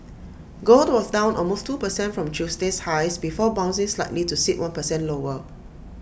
gold was down almost two percent from Tuesday's highs before bouncing slightly to sit one percent lower